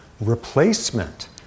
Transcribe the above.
Replacement